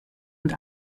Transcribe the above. und